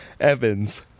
Evans